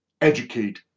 educate